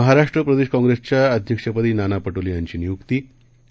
महाराष्ट्र प्रदेश काँग्रेसच्या अध्यक्षपदी नाना पटोले यांची नियुक्ती आणि